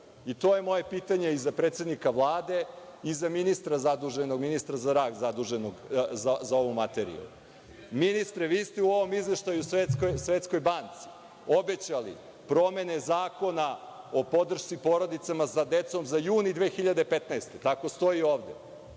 To je moje pitanje i za predsednika Vlade i ministra zaduženog za rad, zaduženog za ovu materiju. Ministre, vi ste u ovom izveštaju Svetskoj banci obećali promene Zakona o podršci porodicama sa decom za jun 2015. godine. Tako stoji ovde.